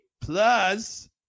plus